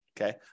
Okay